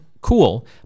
cool